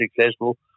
successful